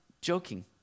joking